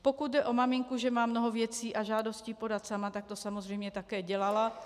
Pokud jde o maminku, že má mnoho věcí a žádostí podat sama, tak to samozřejmě také dělala.